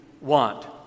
want